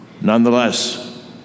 nonetheless